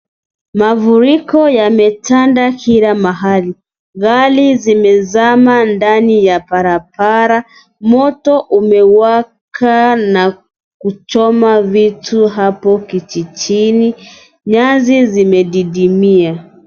Mafuriko yametanda kila mahali. Gari zimezama ndani ya barabara, moto umewaka na kuchoma vitu hapo kijijini. Nyasi zimedidimia.